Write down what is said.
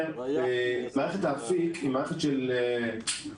מערכת אפיק היא מערכת אישורים,